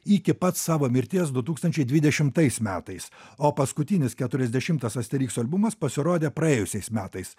iki pat savo mirties du tūkstančiai dvidešimtais metais o paskutinis keturiasdešimtas asterikso albumas pasirodė praėjusiais metais